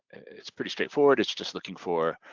it's pretty straightforward, it's just looking for